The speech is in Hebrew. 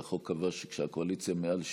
שהחוק קבע שכשהקואליציה מעל 70,